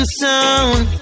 sound